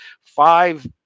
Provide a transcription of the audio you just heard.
Five